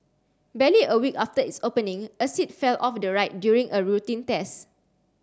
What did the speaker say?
barely a week after its opening a seat fell off the ride during a routine test